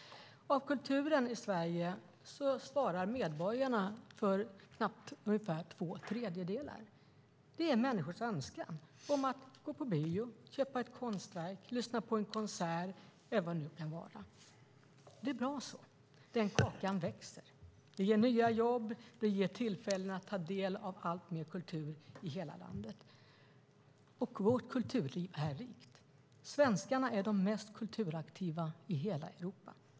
Av kulturen i Sverige svarar medborgarna för ungefär två tredjedelar. Det är människors önskan att gå på bio, köpa ett konstverk, lyssna på en konsert eller vad det kan vara. Det är bra så. Den kakan växer. Det ger nya jobb. Det ger tillfällen att ta del av alltmer kultur i hela landet. Vårt kulturliv är rikt. Svenskarna är de mest kulturaktiva i hela Europa.